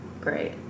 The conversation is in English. Great